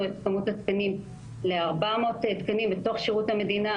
את כמות התקנים ל-400 תקנים בתוך שירות המדינה.